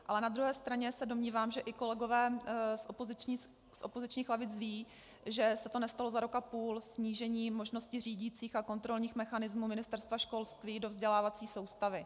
Ale na druhé straně se domnívám, že i kolegové z opozičních lavic vědí, že se to nestalo za rok a půl snížení možností řídicích a kontrolních mechanismů Ministerstva školství do vzdělávací soustavy.